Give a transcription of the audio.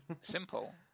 Simple